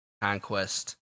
Conquest